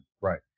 right